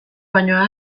baino